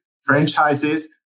franchises